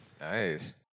Nice